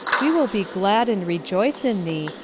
we will be glad and rejoice in thee,